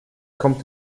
kommt